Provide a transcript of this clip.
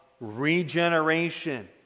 regeneration